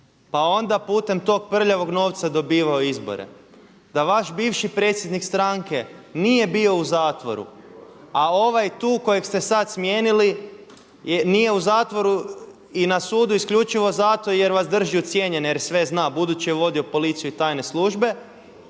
pa onda putem tog prljavog novca dobivao izbore, da vaš bivši predsjednik stranke nije bio u zatvoru, a ovaj tu kojeg ste sad smijenili nije u zatvoru i na sudu isključivo zato jer vas drži ucijenjene jer sve zna budući je vodio policiju i tajne službe